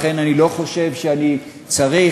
לכן אני לא חושב שאני צריך,